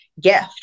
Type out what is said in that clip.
gift